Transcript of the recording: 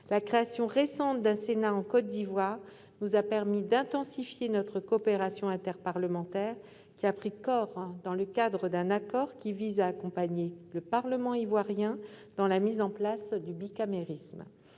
La création récente d'un Sénat en Côte d'Ivoire nous a permis d'intensifier notre coopération interparlementaire, qui a pris corps dans le cadre d'un accord visant à accompagner le Parlement ivoirien dans la mise en place du bicamérisme.